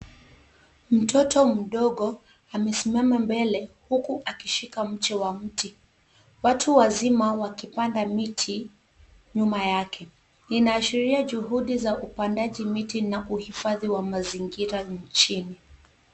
Mtoto mdogo amesimama mbele huku akishika mche wa mti, watu wazima wakipanda miti nyuma yake. Inaashiria juhudi za upandaji miti na uhifadhi wa mazingira nchini.